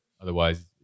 Otherwise